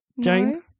Jane